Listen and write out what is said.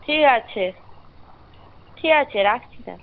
ঠিক আছে ঠিক আছে রাখছি তাহলে